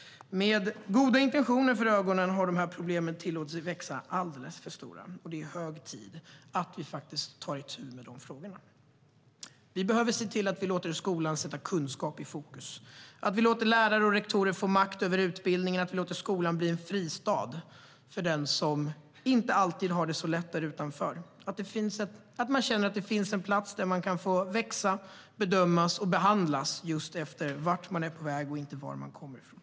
Med goda intentioner för ögonen har man tillåtit dessa problem att växa och bli alldeles för stora, och det är hög tid att vi faktiskt tar itu med dessa frågor. Vi behöver låta skolan sätta kunskap i fokus, låta lärare och rektorer få makt över utbildningen och låta skolan bli en fristad för den som inte alltid har det så lätt där utanför. Man ska känna att det finns en plats där man kan få växa, bedömas och behandlas efter vart man är på väg och inte var man kommer ifrån.